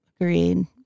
Agreed